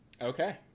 Okay